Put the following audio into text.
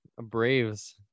Braves